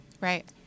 Right